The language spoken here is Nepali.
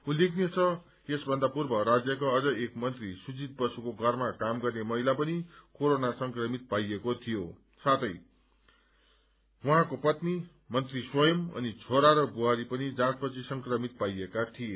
उल्लेखनीय छ यसभन्दा पूर्व राज्यका अझ एक मन्त्री सुजित बसुको घरमा काम गर्ने महिला पनि क्वेरोना संक्रमित पाइएको थियो साथै उहाँको पत्नी मन्त्री स्वयं अनि छोरा र बुझरी पनि जाँचपछि संक्रमित पाइएका थिए